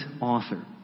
author